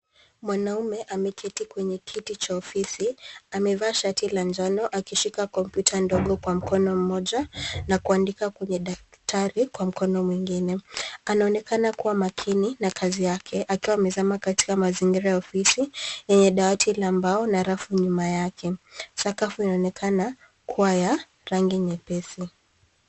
Mwanaume ameketi kwenye kiti cha ofisi amevaa shati la njano akishika komputa ndogo kwa mkono mmoja na kuandika kwenye daktari kwa mkono mwingine .Anaonekana kuwa maakini na kazi yake akiwa amezama katika mazingira ya ofisi yenye dawati la mbao na rafu nyuma yake. Sakafu inaonekana kuwa na rangi nyepesi.